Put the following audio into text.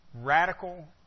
Radical